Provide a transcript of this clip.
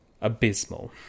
abysmal